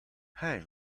hey